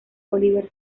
oliver